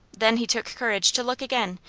then he took courage to look again,